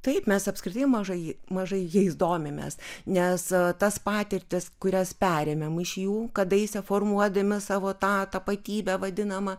taip mes apskritai mažai mažai jais domimės nes tas patirtis kurias perėmėm iš jų kadaise formuodami savo tą tapatybę vadinamą